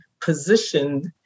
positioned